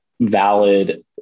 valid